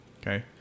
okay